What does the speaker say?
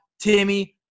Timmy